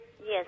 Yes